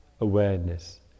awareness